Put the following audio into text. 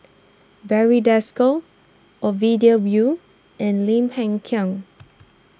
Barry Desker Ovidia will and Lim Hng Kiang